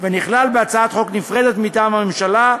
ונכלל בהצעת חוק נפרדת מטעם הממשלה,